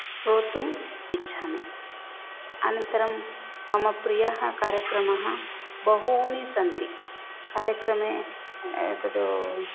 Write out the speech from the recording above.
श्रोतुम् इच्छामि अनन्तरं मम प्रियः कार्यक्रमः बहूनि सन्ति कार्यक्रमे तत्